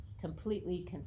completely